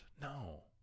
No